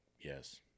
yes